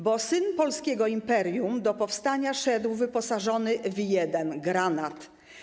Bo syn polskiego imperium do powstania szedł wyposażony w jeden granat.